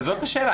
זאת השאלה.